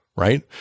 Right